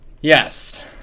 Yes